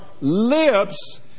lips